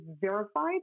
verified